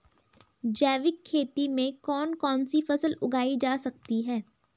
जैविक खेती में कौन कौन सी फसल उगाई जा सकती है?